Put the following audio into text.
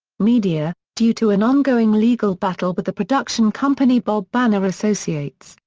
media due to an ongoing legal battle with the production company bob banner associates,